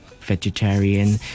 vegetarian